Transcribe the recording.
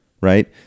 right